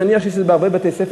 ואני מניח שכך זה בהרבה בתי-ספר,